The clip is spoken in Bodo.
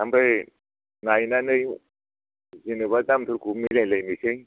ओमफ्राय नायनानै जेनेबा दामफोरखौ मिलायलायनोसै